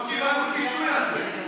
בית משפט עליון, ועוד קיבלנו פיצוי על זה.